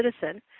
citizen